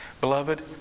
Beloved